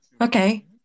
Okay